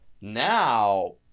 now